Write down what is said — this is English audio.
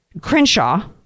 Crenshaw